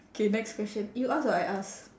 okay next question you ask or I ask